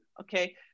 okay